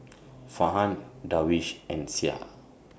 Farhan Darwish and Syah